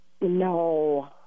No